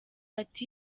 ati